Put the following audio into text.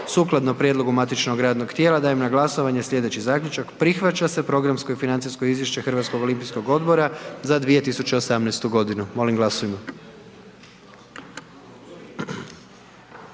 Sukladno prijedlogu matičnog radnog tijela, dajem na glasovanje slijedeći zaključak. Prihvaća se Programsko i financijsko izvješće HOO-a za 2018. g., molim glasujmo.